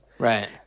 Right